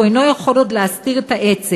והוא אינו יכול עוד להסתיר את העצב.